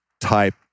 type